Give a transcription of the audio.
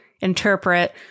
interpret